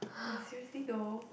but seriously though